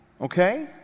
okay